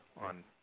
on